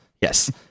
Yes